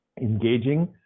engaging